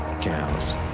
cows